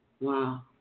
Wow